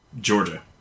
Georgia